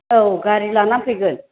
औ गारि लाना फैगोन